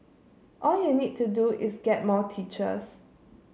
all you need to do is get more teachers